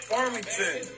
Farmington